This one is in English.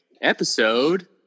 Episode